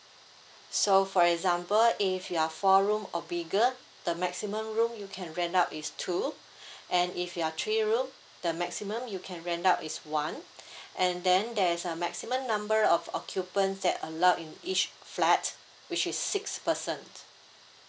so for example if you are a four room or bigger the maximum room you can rent out is two and if you are three room the maximum you can rent out is one and then there is a maximum number of occupants that allowed in each flat which is six person